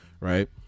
right